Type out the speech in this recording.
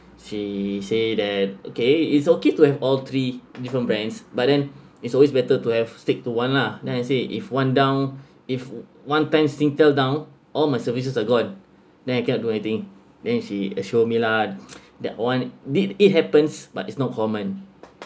she say that okay it's okay to have all three different brands but then it's always better to have stick to one lah then I say if one down if one time singtel down all my services are gone then I cannot do anything then she assured me lah that one did it happens but it's not common